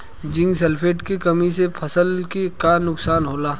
Zinc sulphate के कमी से फसल के का नुकसान होला?